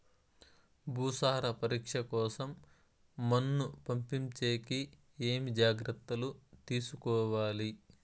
భూసార పరీక్ష కోసం మన్ను పంపించేకి ఏమి జాగ్రత్తలు తీసుకోవాలి?